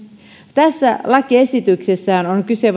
tässä lakiesityksessähän on kyse